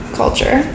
culture